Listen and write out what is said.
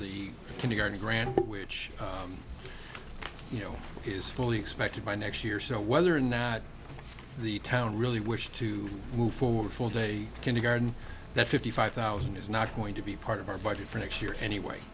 the kindergarten grant which you know is fully expected by next year so whether or not the town really wish to move forward full day kindergarten that fifty five thousand is not going to be part of our budget for next year anyway